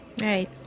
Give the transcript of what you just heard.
right